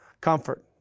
comfort